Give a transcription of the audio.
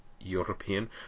European